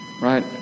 right